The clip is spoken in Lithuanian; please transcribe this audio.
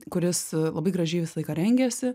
kuris labai gražiai visą laiką rengėsi